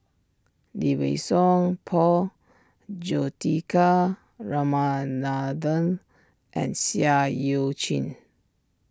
Lee Wei Song Paul Juthika Ramanathan and Seah Eu Chin